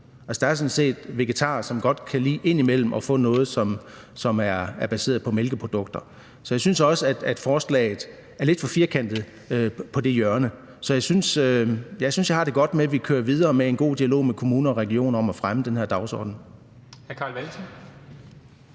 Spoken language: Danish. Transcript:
set vegetarer, som godt kan lide indimellem at få noget, som er baseret på mælkeprodukter. Så jeg synes, at forslaget er lidt for firkantet på det hjørne, og jeg har det godt med, at vi kører videre med en god dialog med kommuner og regioner om at fremme den her dagsorden.